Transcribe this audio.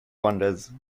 wonders